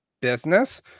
business